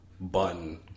button